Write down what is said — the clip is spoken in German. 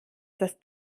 das